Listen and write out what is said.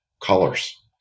colors